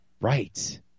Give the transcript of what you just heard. Right